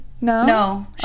No